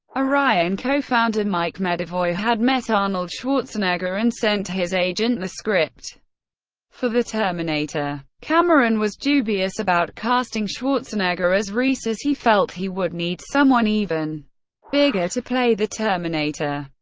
orion co-founder mike medavoy had met arnold schwarzenegger and sent his agent the script for the terminator. cameron was dubious about casting schwarzenegger as reese as he felt he would need someone even bigger to play the terminator.